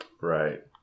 Right